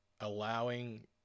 Allowing